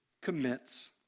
commits